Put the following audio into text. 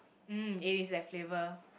mm eh it is that flavour